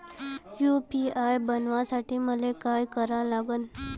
UPI बनवासाठी मले काय करा लागन?